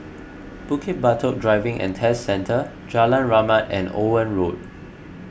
Bukit Batok Driving and Test Centre Jalan Rahmat and Owen Road